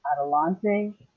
Adelante